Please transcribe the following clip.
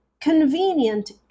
convenient